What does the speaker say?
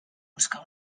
buscar